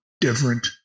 different